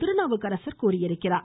திருநாவுக்கரசர் தெரிவித்துள்ளார்